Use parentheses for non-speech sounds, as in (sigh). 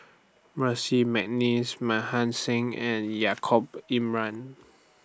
Percy Mcneice Mohan Singh and Yaacob (unintelligible)